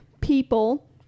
people